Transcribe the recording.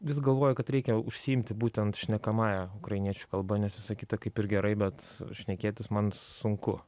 vis galvoju kad reikia užsiimti būtent šnekamąja ukrainiečių kalba nes visa kita kaip ir gerai bet šnekėtis man sunku